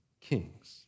kings